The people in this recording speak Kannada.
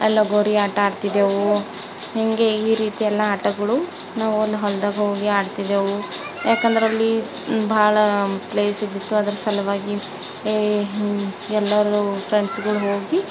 ಲಗೋರಿ ಆಟ ಆಡ್ತಿದ್ದೆವು ಹೀಗೆ ಈ ರೀತಿ ಎಲ್ಲ ಆಟಗಳು ನಾವು ಒಂದು ಹೊಲ್ದಾಗ ಹೋಗಿ ಆಡ್ತಿದ್ದೆವು ಯಾಕಂದ್ರೆ ಅಲ್ಲಿ ಭಾಳ ಪ್ಲೇಸ್ ಇದ್ದಿತು ಅದರ ಸಲುವಾಗಿ ಎಲ್ಲರೂ ಫ್ರೆಂಡ್ಸ್ಗಳು ಹೋಗಿ